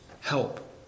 help